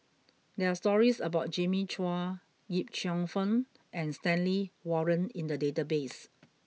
there are stories about Jimmy Chua Yip Cheong Fun and Stanley Warren in the database